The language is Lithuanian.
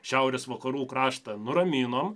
šiaurės vakarų kraštą nuraminom